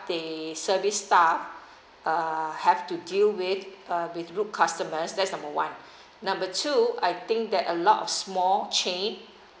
the service staff uh have to deal with uh with rude customers that's number one number two I think that a lot of small chain